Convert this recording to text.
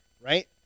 right